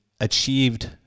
achieved